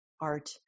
art